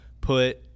put